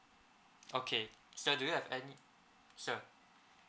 okay sir do you have any sir